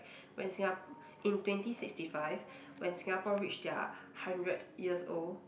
when Singap~ in twenty sixty five when Singapore reached their hundred years old